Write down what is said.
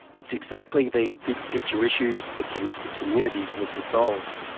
it's exactly these big-picture issues that connected communities was to solve.